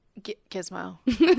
Gizmo